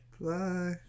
Bye